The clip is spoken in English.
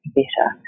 better